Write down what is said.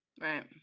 Right